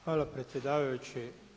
Hvala predsjedavajući.